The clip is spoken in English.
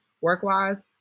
work-wise